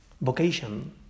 vocation